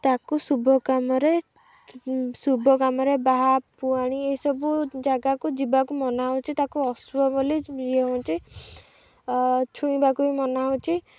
ତା'କୁ ଶୁଭ କାମରେ ଶୁଭକାମରେ ବାହା ପୁଆଣି ଏହିସବୁ ଜାଗାକୁ ଯିବାକୁ ମନା ହେଉଛି ତା'କୁ ଅଶୁଭ ବୋଲି ଇଏ ହେଉଛି ଛୁଇଁବାକୁ ବି ମନା ହେଉଛି